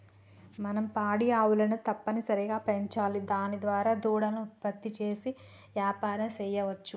మనం పాడి ఆవులను తప్పనిసరిగా పెంచాలి దాని దారా దూడలను ఉత్పత్తి చేసి యాపారం సెయ్యవచ్చు